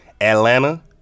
Atlanta